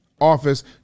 office